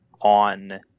on